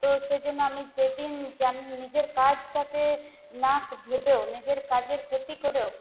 তো সেই জন্য আমি যেদিন যা নিজের কাজটাকে না ভেবেও নিজের কাজের ক্ষতি করেও